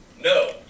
No